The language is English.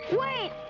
Wait